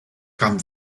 kam